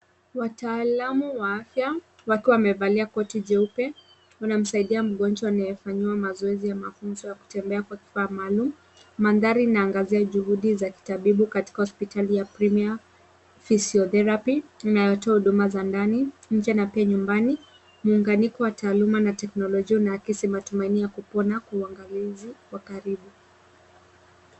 Wataalamu wa afya wakiwa wamevalia koti jeupe wanamsaidia mgonjwa anayefanyiwa mazoezi ya mafunzo ya kutembea kwa kifaa maalum. Mandhari inaangazia juhudi za kitabibu katika hospitali ya Premier Physiotherapy inayotoa huduma za ndani, nje na pia nyumbani, muunganiko wa taaluma na teknolojia unaakisi matumaini ya kupona kwa uangalizi wa karibu.